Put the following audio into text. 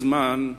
לא מזמן,